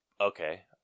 Okay